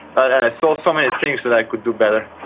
i saw so many things that i could do better.